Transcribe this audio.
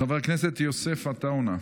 חבר הכנסת יוסף עטאונה.